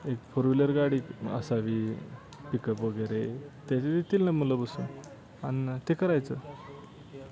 एक four wheeler गाडी असावी पिकअप वगैरे त्याचेत येतील ना मुलं बसून आणि ते करायचं